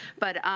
but